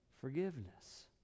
forgiveness